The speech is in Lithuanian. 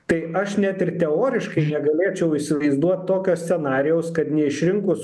tai aš net ir teoriškai negalėčiau įsivaizduot tokio scenarijaus kad neišrinkus